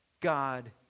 God